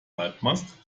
halbmast